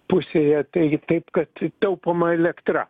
pusėje taigi taip kad taupoma elektra